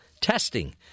testing